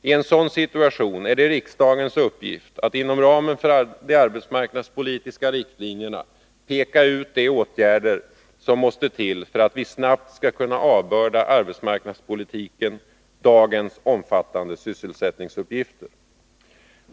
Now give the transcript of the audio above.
I en sådan situation är det riksdagens uppgift att inom ramen för de arbetsmarknadspolitiska riktlinjerna peka ut de åtgärder som måste till för att vi snabbt skall kunna avbörda arbetsmarknadspolitiken dagens omfattande sysselsättningsuppgifter.